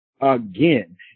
again